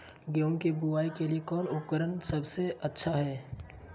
गेहूं के बुआई के लिए कौन उपकरण सबसे अच्छा है?